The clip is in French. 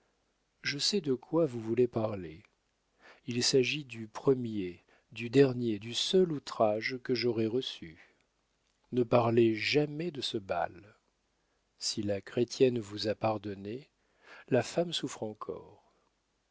je sais de quoi vous voulez parler il s'agit du premier du dernier du seul outrage que j'aurai reçu ne parlez jamais de ce bal si la chrétienne vous a pardonné la femme souffre encore